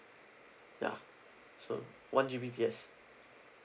ya so one G_B_P_S